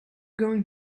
going